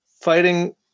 fighting